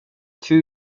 two